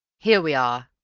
here we are,